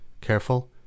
careful